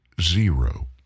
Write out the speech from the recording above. zero